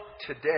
Today